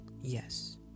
Yes